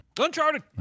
Uncharted